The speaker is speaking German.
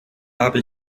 habe